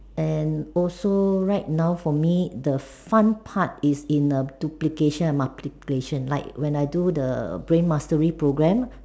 and also right now for me the fun part is in a duplication and multiplication like when I do the brain mastery programme